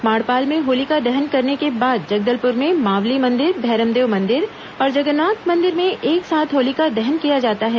माड़पाल में होलिका दहन करने के बाद जगदलपुर में मावली मंदिर भैरमदेव मंदिर और जगन्नाथ मंदिर में एक साथ होलिका दहन किया जाता है